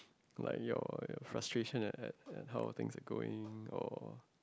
like your your frustration at at at how things are going or